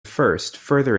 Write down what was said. further